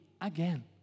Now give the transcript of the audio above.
again